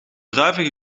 druiven